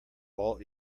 all